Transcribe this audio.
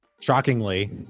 shockingly